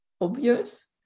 obvious